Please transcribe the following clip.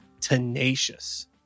tenacious